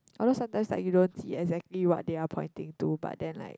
although sometimes like you don't see exactly what they are pointing to but then like